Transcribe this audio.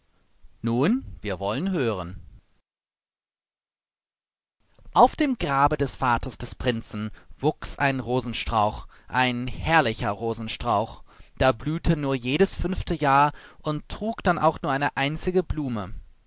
nun wir wollen hören auf dem grabe des vaters des prinzen wuchs ein rosenstrauch ein herrlicher rosenstrauch der blühte nur jedes fünfte jahr und trug dann auch nur eine einzige blume